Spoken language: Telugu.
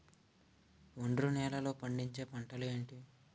ఒండ్రు నేలలో పండించే పంటలు ఏంటి?